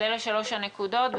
אלה שלוש הנקודות.